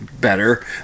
better